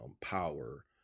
power